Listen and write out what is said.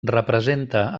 representa